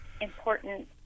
important